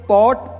Port